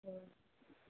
हाँ